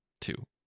two